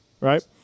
Right